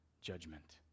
judgment